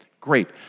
great